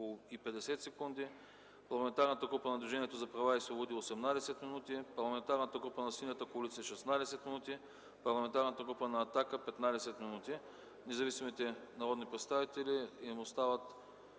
и 50 секунди; на Парламентарната група на Движението за права и свободи – 18 минути; на Парламентарната група на Синята коалиция – 16 минути; на Парламентарната група на „Атака” – 15 минути; на независимите народни представители остават